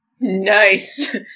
nice